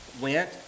went